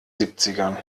siebzigern